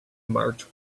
marked